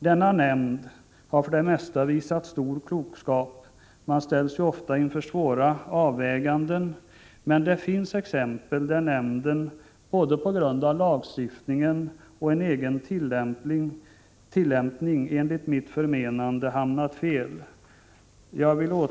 Denna nämnd har för det mesta visat stor klokskap — man ställs ju ofta inför svåra avväganden — men det finns exempel där nämnden på grund av både lagstiftningen och egen tillämpning enligt mitt förmenande hamnat fel.